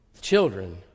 children